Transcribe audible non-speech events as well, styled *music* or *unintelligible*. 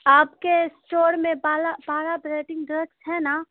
آپ کے اسٹور میں پالا پالا *unintelligible* ہے نا